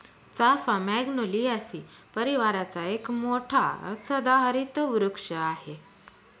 चाफा मॅग्नोलियासी परिवाराचा एक मोठा सदाहरित वृक्ष आहे